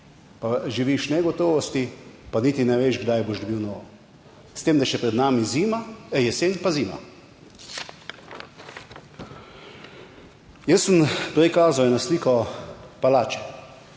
pa živiš v negotovosti, pa niti ne veš, kdaj boš dobil novo, s tem, da je še pred nami zima, jesen, pa zima? Jaz sem prej kazal eno sliko palače.